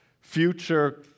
future